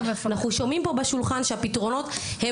אנחנו שומעים פה בשולחן שהפתרונות הם